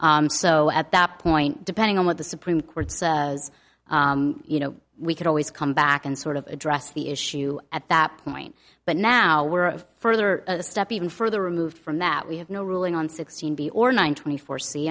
o so at that point depending on what the supreme court's as you know we could always come back and sort of address the issue at that point but now we're further a step even further removed from that we have no ruling on sixteen b or nine twenty four